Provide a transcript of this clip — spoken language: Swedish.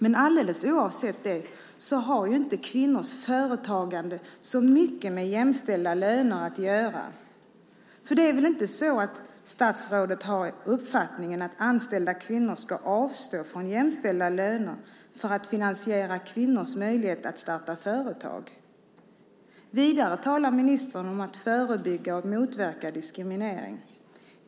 Men alldeles oavsett det har inte kvinnors företagande så mycket med jämställda löner att göra. För det är väl inte så att statsrådet har uppfattningen att anställda kvinnor ska avstå från jämställda löner för att finansiera kvinnors möjlighet att starta företag? Vidare talar ministern om att förebygga och motverka diskriminering.